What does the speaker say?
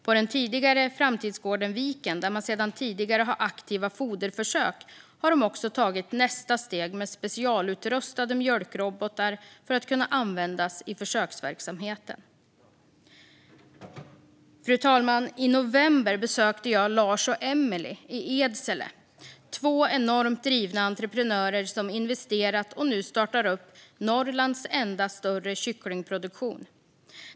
På framtidsgården i Viken, där man sedan tidigare har aktiva foderförsök, har man tagit nästa steg med specialutrustade mjölkrobotar som ska kunna användas i försöksverksamheten. Fru talman! I november besökte jag Larz och Emilie i Edsele, två enormt drivna entreprenörer som investerat och nu startar upp Norrlands enda större kycklingproduktion.